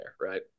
right